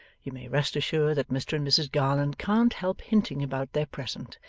you may rest assured that mr and mrs garland can't help hinting about their present,